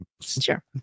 Sure